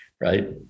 right